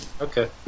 Okay